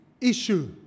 issue